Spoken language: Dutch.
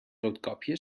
roodkapje